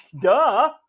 duh